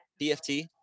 DFT